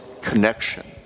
connection